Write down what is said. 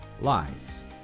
lies